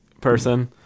person